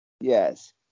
Yes